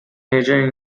measures